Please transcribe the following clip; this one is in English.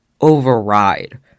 override